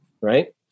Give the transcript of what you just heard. Right